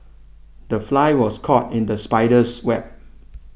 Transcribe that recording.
the fly was caught in the spider's web